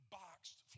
boxed